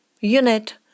unit